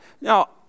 now